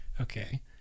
okay